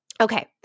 Okay